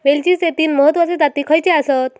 वेलचीचे तीन महत्वाचे जाती खयचे आसत?